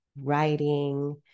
writing